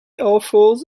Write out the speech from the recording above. authors